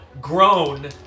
grown